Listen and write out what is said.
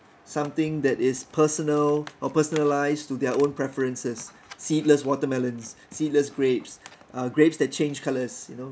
something that is personal or personalised to their own preferences seedless watermelons seedless grapes uh grapes that change colours you know